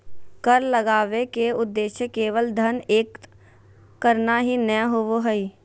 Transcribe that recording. कर लगावय के उद्देश्य केवल धन एकत्र करना ही नय होबो हइ